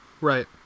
Right